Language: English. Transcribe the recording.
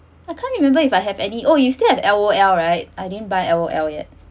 I can't remember if I have any oh you still have L_O_L right I didn't buy L_O_L yet